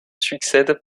succèdent